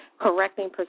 correcting